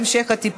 49 חברי כנסת